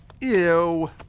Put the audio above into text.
Ew